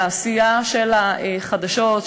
לעשייה של החדשות,